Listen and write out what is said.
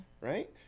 Right